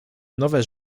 nowe